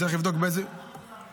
צריך לבדוק באיזה ------ אתה,